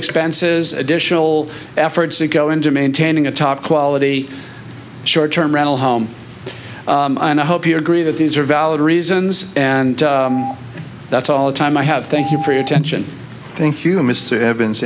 expenses additional efforts to go into maintaining a top quality short term rental home and i hope you agree that these are valid reasons and that's all the time i have thank you for your attention thank you mr ev